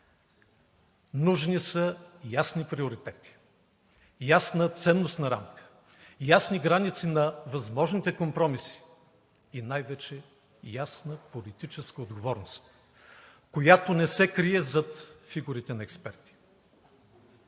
Нужни са ясни приоритети, ясна ценностна рамка, ясни граници на възможните компромиси и най-вече ясна политическа отговорност, която не се крие зад фигурите на експерти.